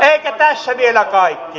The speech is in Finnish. eikä tässä vielä kaikki